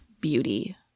beauty